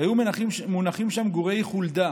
היו מונחים שם גורי חולדה,